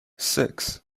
six